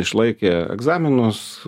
išlaikė egzaminus